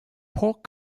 pork